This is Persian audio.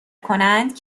کنند